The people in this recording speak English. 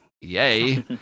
Yay